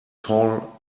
tall